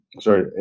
sorry